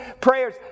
prayers